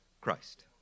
Christ